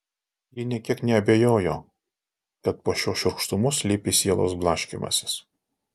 ji nė kiek neabejojo kad po šiuo šiurkštumu slypi sielos blaškymasis